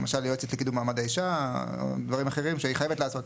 למשל יועצת לקיום מעמד האישה או דברים אחרים שהיא חייבת לעשות.